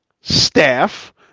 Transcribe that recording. staff